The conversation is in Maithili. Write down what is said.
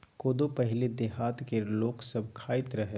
कोदो पहिले देहात केर लोक सब खाइत रहय